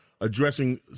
addressing